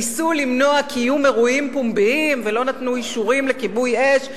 ניסו למנוע קיום אירועים פומביים ולא נתנו אישורים של כיבוי אש,